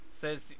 says